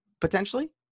potentially